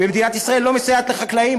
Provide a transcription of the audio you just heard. ומדינת ישראל לא מסייעת לחקלאים,